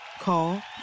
Call